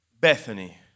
Bethany